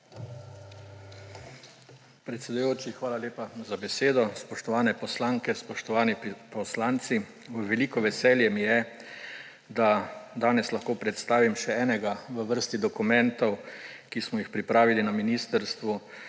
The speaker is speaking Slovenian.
Predsedujoči, hvala lepa za besedo. Spoštovane poslanke, spoštovani poslanci! V veliko veselje mi je, da lahko danes predstavim še enega v vrsti dokumentov, ki smo jih pripravili na Ministrstvu